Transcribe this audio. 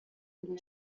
dalla